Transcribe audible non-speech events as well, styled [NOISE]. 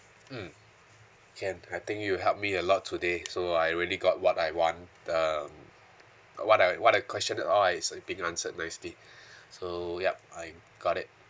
mm can I think you helped me a lot today so I really got what I want um what I what I questioned all are is being answered nicely [BREATH] so yup I got it